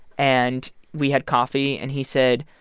and we had coffee and he said,